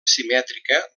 simètrica